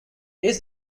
each